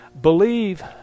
believe